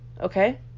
okay